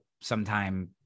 sometime